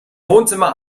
wohnzimmer